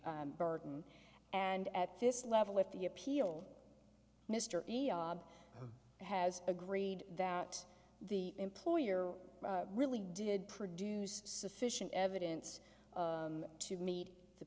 aphasia burton and at this level with the appeal mister has agreed that the employer really did produce sufficient evidence to meet the